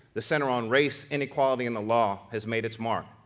the center on race, inequality, and the law, has made its mark.